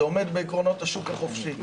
זה עומד בעקרונות השוק החופשי.